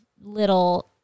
little